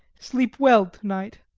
sleep well to-night.